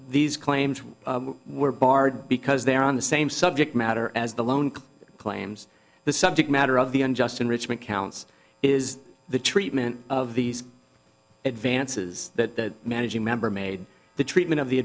these claims were barred because they are on the same subject matter as the lone claims the subject matter of the unjust enrichment counts is the treatment of these advances that managing member made the treatment of the